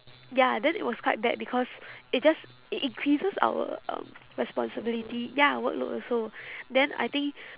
ya then it was quite bad because it just it increases our um responsibility ya workload also then I think